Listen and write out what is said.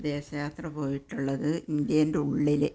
വിദേശയാത്ര പോയിട്ടുള്ളത് ഇന്ത്യേൻ്റെ ഉള്ളില്